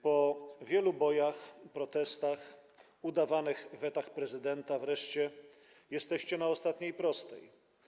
Po wielu bojach i protestach, udawanych wetach prezydenta wreszcie jesteście na ostatniej prostej.